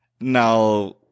Now